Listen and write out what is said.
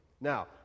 Now